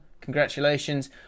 Congratulations